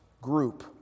group